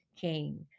king